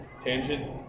Tangent